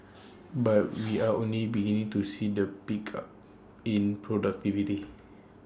but we are only beginning to see the pickup in productivity